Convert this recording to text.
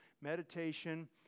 Meditation